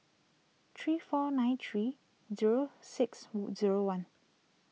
three four nine three zero six Wu zero one